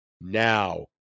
now